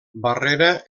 barrera